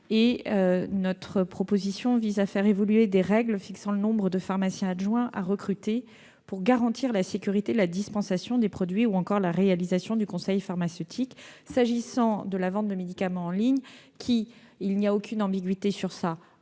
Nous voulons aussi faire évoluer les règles fixant le nombre de pharmaciens adjoints à recruter pour garantir la sécurité, la dispensation des produits ou encore la réalisation du conseil pharmaceutique. S'agissant de la vente de médicaments en ligne, elle est déjà autorisée- il n'y a aucune ambiguïté sur ce